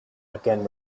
again